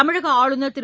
தமிழக ஆளுநர் திரு